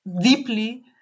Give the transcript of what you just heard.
deeply